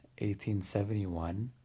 1871